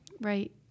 Right